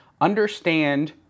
understand